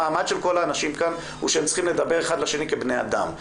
המעמד של כל האנשים כאן הוא שהם צריכים לדבר אחד לשני כבני אדם.